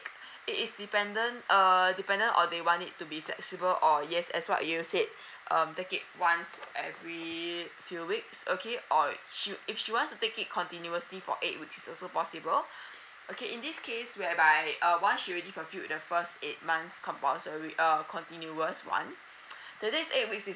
it is dependent err dependent on they want it to be flexible or yes as what you said um take it once every few weeks okay or she if she wants to take it continuously for eight weeks it's also possible okay in this case whereby uh once she already complete with the first eight months compulsory err continuous [one] the next eight weeks is